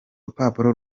rupapuro